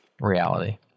reality